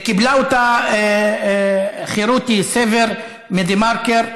קיבלה אותה חרותי-סובר מדה-מרקר,